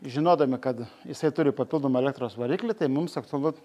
žinodami kad jisai turi papildomą elektros variklį tai mums aktualu